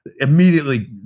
immediately